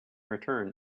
return